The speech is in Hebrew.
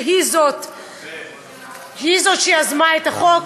שהיא יזמה את החוק.